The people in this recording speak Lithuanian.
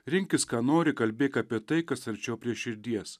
rinkis ką nori kalbėk apie tai kas arčiau prie širdies